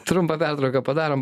trumpą pertrauką padarom